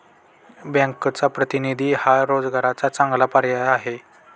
बँकचा प्रतिनिधी हा रोजगाराचा चांगला पर्याय आहे